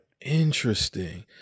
Interesting